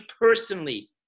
personally